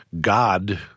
God